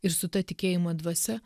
ir su ta tikėjimo dvasia